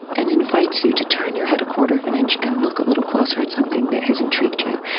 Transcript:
and invites you to turn your head a quarter of an inch and look a little closer at something that has intrigued you.